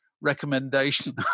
recommendation